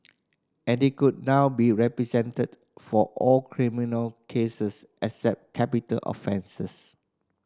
and they could now be represented for all criminal cases except capital offences